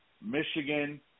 Michigan